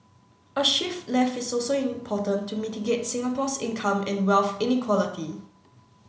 a shift left is also important to mitigate Singapore's income and wealth inequality